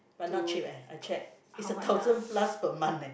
but not cheap eh I checked it's a thousand plus per month eh